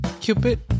Cupid